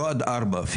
לא עד גיל ארבע.